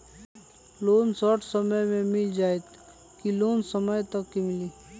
Loan short समय मे मिल जाएत कि लोन समय तक मिली?